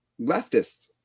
leftists